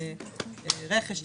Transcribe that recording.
רכש,